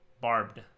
barbed